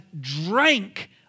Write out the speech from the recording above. drank